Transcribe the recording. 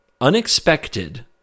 unexpected